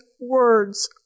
words